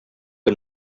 que